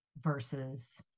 versus